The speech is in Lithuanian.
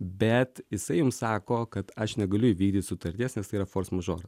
bet jisai jums sako kad aš negaliu įvykdyti sutarties nes tai yra fors mažoras